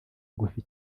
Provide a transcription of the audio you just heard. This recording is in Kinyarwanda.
ngufi